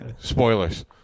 spoilers